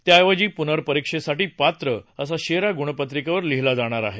त्याऐवजी पुनर्परीक्षेसाठी पात्र असा शेरा गुणपत्रिकेवर लिहिला जाणार आहे